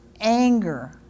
anger